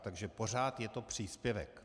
Takže pořád je to příspěvek.